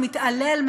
המתעלל,